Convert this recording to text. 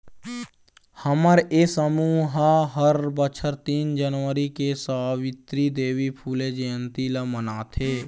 हमर ये समूह ह हर बछर तीन जनवरी के सवित्री देवी फूले जंयती ल मनाथे